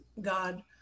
god